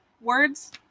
words